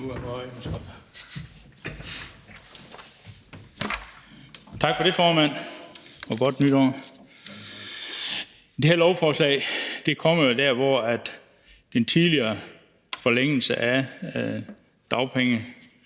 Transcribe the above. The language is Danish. Tak for det, formand, og godt nytår. Det her lovforslag kommer jo der, hvor den tidligere forlængelse i dagpenge-